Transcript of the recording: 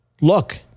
look